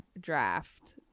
draft